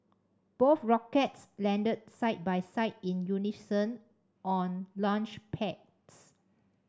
both rockets landed side by side in unison on launchpads